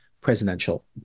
Presidential